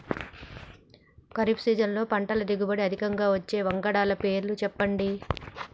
ఖరీఫ్ సీజన్లో పంటల దిగుబడి అధికంగా వచ్చే వంగడాల పేర్లు చెప్పండి?